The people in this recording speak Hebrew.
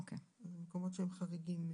יש מקומות שהם חריגים.